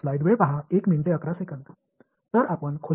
எனவே வளைந்து கொண்டிருக்கும் அலைகளின் யோசனையுடன் ஆரம்பிக்கலாம்